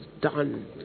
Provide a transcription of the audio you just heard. done